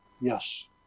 yes